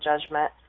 judgment